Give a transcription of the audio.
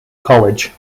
college